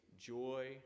joy